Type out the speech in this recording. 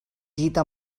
gita